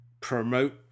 promote